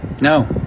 no